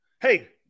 Hey